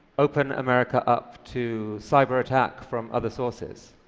open america up to cyberattacks from other sources?